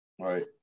Right